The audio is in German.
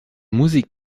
musik